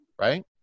right